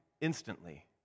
instantly